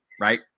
right